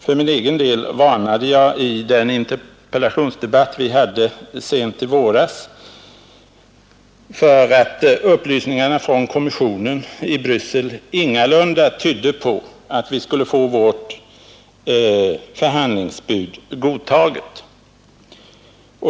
För min egen del uttryckte jag i den interpellationsdebatt vi hade sent i våras farhågor för att upplysningarna från kommissionen tydde på att vi ingalunda skulle få vårt förhandlingsbud godtaget.